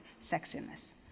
sexiness